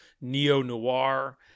neo-noir